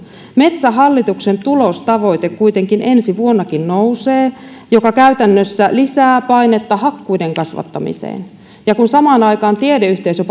metsähallituksen tulostavoite kuitenkin ensi vuonnakin nousee mikä käytännössä lisää painetta hakkuiden kasvattamiseen ja kun samaan aikaan tiedeyhteisö